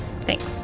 Thanks